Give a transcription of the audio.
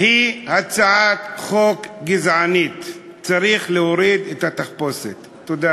שהדבר היחיד שיכול להקפיץ אותם קדימה